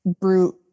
brute